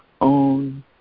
own